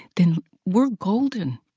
then we're golden.